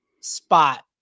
spot